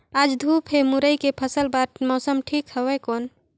आज धूप हे मुरई के फसल बार मौसम ठीक हवय कौन?